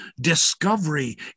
discovery